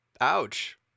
ouch